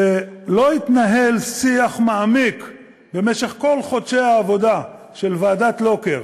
שבמשך כל חודשי העבודה של ועדת לוקר